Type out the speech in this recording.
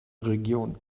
region